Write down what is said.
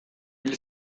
hil